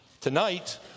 Tonight